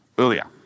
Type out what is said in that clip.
earlier